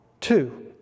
two